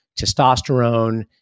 testosterone